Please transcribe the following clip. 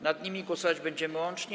Nad nimi głosować będziemy łącznie.